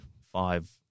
five